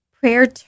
prayer